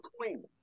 queen